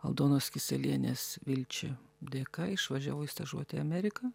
aldonos kiselienės vilči dėka išvažiavau į stažuotę į ameriką